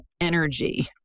Energy